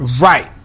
Right